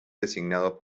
designados